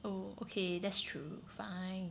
oh okay that's true fine